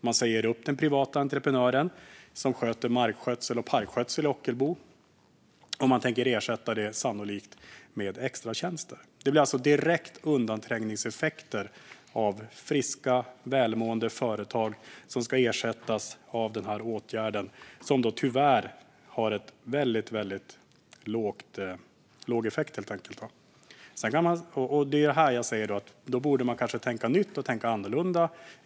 Man säger upp den privata entreprenören som står för markskötsel och parkskötsel i Ockelbo och tänker sannolikt ersätta det med extratjänster. Det blir direkta undanträngningseffekter av friska, välmående företag som ersätts av denna åtgärd, som tyvärr har väldigt liten effekt. Man borde kanske tänka nytt och annorlunda.